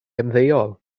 ymddeol